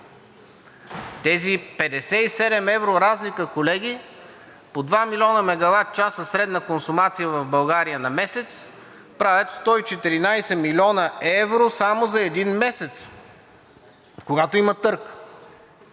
Тези 57 евро разлика, колеги, по 2 милиона мегаватчаса средна консумация в България на месец, правят 114 милиона евро само за един месец, когато има търг,